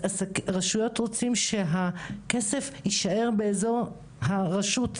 הרשויות רוצות שהכסף יישאר באזור הרשויות,